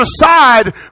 aside